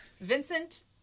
Vincent